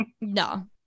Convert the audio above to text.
No